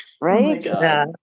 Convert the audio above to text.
Right